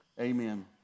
amen